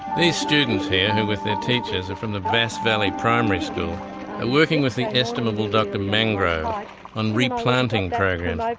these students here who with their teachers are from the bass valley primary school are working with the estimable dr mangrove on replanting programs.